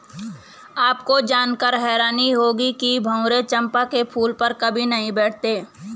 आपको जानकर हैरानी होगी कि भंवरे चंपा के फूल पर कभी नहीं बैठते